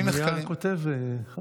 מי הכותב?